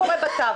אורלי, תודה.